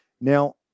Now